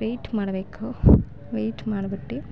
wait ಮಾಡಬೇಕು wait ಮಾಡ್ಬಿಟ್ಟು